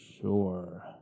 sure